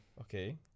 Okay